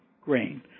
grain